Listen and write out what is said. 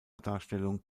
darstellung